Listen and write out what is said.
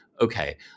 okay